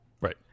Right